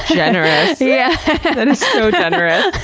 generous! yeah and so generous! yeah!